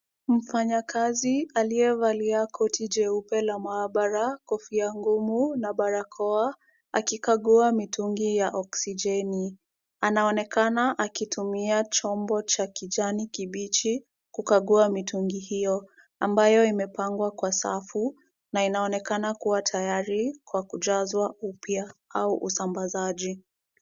Mfanyakazi aliyevalia koti jeupe la maabara, kofia ngumu na barakoa, akikagua mitungi ya oksijeni . Anaonekana akitumia chombo cha kijani kibichi kukagua mitungi hiyo, ambayo imepangwa kwa safu na inaonekana kuwa tayari kwa kujazwa upya au usambazaji.